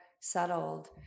settled